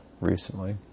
recently